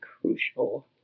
crucial